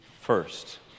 first